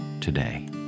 today